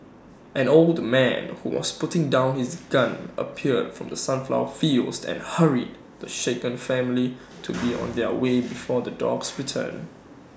an old man who was putting down his gun appeared from the sunflower fields and hurried the shaken family to be on their way before the dogs return